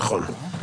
נכון.